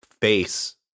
face